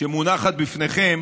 שמונחת לפניכם